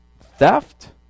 theft